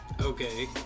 Okay